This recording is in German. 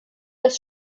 das